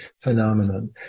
phenomenon